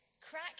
Crack